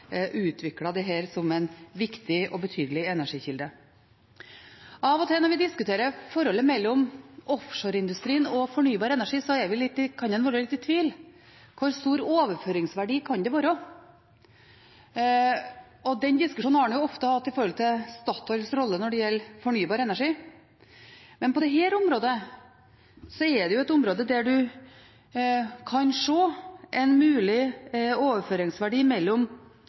det kommer ikke minst til å kreve mye kapital for å få utviklet dette som en viktig og betydelig energikilde. Av og til når vi diskuterer forholdet mellom offshore industri og fornybar energi, kan en være litt i tvil: Hvor stor overføringsverdi kan det være? Den diskusjonen har en ofte hatt om Statoils rolle når det gjelder fornybar energi. Men på dette området